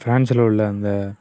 ஃப்ரான்சில் உள்ள அந்த